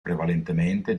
prevalentemente